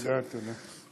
תודה, תודה.